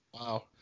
Wow